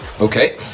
Okay